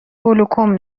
گلوکوم